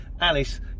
Alice